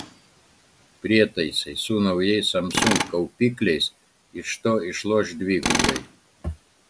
prietaisai su naujais samsung kaupikliais iš to išloš dvigubai